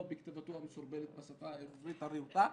בכתיבתו המסורבלת בשפה העברית הרהוטה,